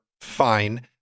Fine